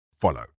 follow